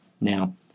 Now